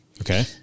Okay